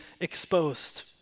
exposed